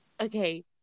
Okay